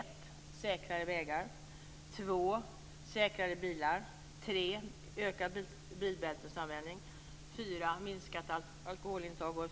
Därför är det så att man väldigt ofta inte följer dem.